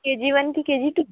के G one की K G to